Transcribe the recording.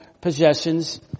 possessions